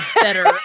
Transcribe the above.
better